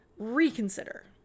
reconsider